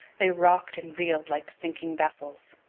they rocked and reeled like sinking vessels.